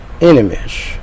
enemies